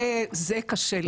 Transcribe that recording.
זה קשה לי להבין.